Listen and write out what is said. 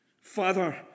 Father